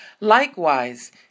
Likewise